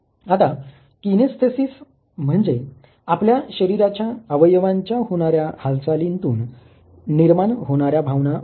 आता किनेस्थेसिस म्हणजे आपल्या शरीराच्या अवयवांच्या होणाऱ्या हालचालींतून निर्माण होणाऱ्या भावना होय